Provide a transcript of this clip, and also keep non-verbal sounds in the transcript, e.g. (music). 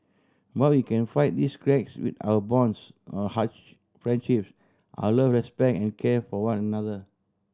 but we can fight these cracks with our bonds our (unintelligible) friendships our love respect and care for one another